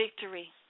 victory